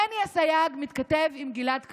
מני אסייג מתכתב עם גלעד קריב,